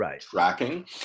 tracking